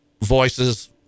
voices